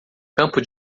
campo